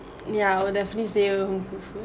mm yeah I would definitely say your home cooked food